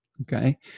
Okay